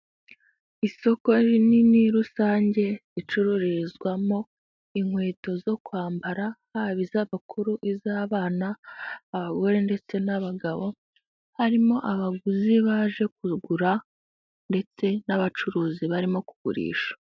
Isoko rinini rusange ricururizwamo inkweto zo kwambara, haba iz'abukuru, iz'abana, abagore ndetse n'abagabo. Harimo abaguzi baje kugura ndetse n'abacuruzi barimo kugurisha.